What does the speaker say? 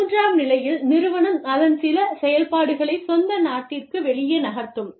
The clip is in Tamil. மூன்றாம் நிலையில் நிறுவனம் அதன் சில செயல்பாடுகளைச் சொந்த நாட்டிற்கு வெளியே நகர்த்தும்